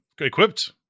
equipped